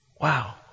Wow